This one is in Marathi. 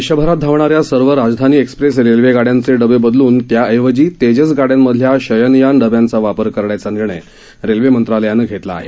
देशभरात धावणाऱ्या सर्व राजधानी एक्सप्रेस रेल्वे गाडयांचे डबे बदलून त्याऐवजी तेजस गाड्यांमधल्या शयनयान डब्यांचा वापर करायचा निर्णय रेल्वे मंत्रालयानं घेतला आहे